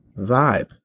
vibe